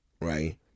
right